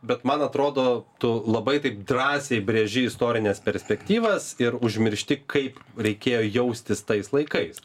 bet man atrodo tu labai taip drąsiai brėži istorines perspektyvas ir užmiršti kaip reikėjo jaustis tais laikais